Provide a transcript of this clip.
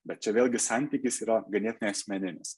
bet čia vėlgi santykis yra ganėtinai asmeninis